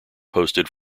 posted